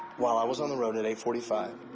iwhile i was on the road at eight forty five,